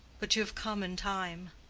but you have come in time.